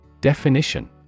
Definition